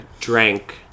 drank